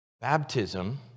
Baptism